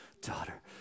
daughter